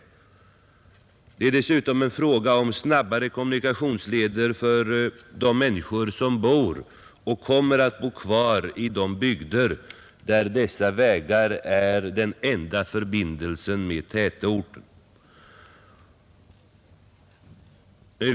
Det gäller dessutom att få till stånd bättre kommunikationsleder för de människor som bor och kommer att bo kvar i de bygder där dessa vägar är den enda förbindelsen med tätorten.